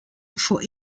for